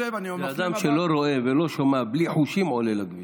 אדם שלא רואה ולא שומע, בלי חושים, עולה לכביש.